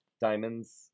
Diamonds